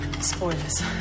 Spoilers